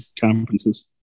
conferences